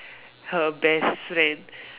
her best friend